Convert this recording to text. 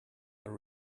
are